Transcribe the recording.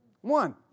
One